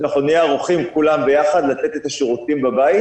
אנחנו נהיה ערוכים כולם ביחד לתת את השירותים בבית